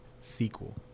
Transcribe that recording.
sequel